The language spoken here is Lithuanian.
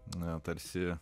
na tarsi